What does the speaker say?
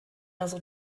other